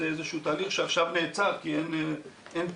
זה איזשהו תהליך שעכשיו נעצר כי אין תנועה,